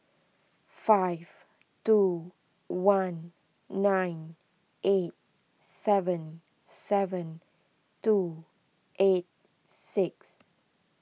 five two one nine eight seven seven two eight six